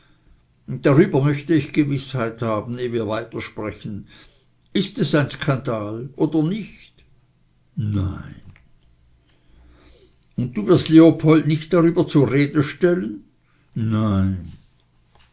darüber möchte ich gewißheit haben eh wir weitersprechen ist es ein skandal oder nicht nein und du wirst leopold nicht darüber zur rede stellen nein